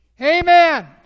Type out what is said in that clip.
Amen